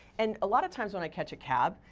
and a lot of times when i catch a cab,